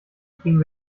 kriegen